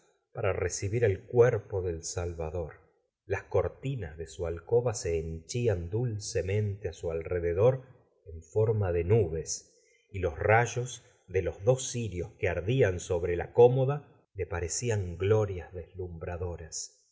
ra recibir el cuerpo del salvador las cortinas de su alcoba se h enchían dulcemente á su alrededor en forma de nubes y los rayos de los dos cirios que ardian sobr e la cómoda lepa recian glorias deslumbradoras